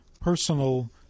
personal